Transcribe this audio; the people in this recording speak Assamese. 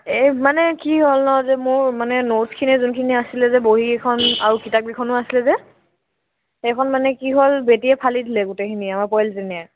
এই মানে কি হ'ল ন যে মোৰ মানে নটছ্খিনি যোনখিনি আছিলে যে বহীকেইখন আৰু কিতাপকেইখনো আছিলে যে সেইখন মানে কি হ'ল বেটীয়ে ফালি দিলে গোটেইখিনি আমাৰ পোৱালীজনীয়ে